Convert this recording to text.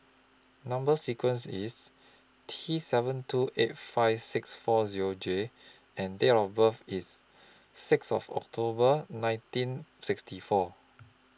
Number sequence IS T seven two eight five six four Zero J and Date of birth IS six of October nineteen sixty four